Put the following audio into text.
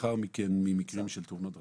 ולאחר מכן ממקרים של תאונות דרכים,